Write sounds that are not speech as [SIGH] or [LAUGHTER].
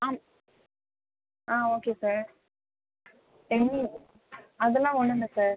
ஆ ஆ okay sir [UNINTELLIGIBLE] அதெல்லாம் ஒன்னுமில்ல சார்